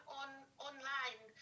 online